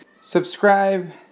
Subscribe